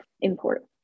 import